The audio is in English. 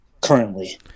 currently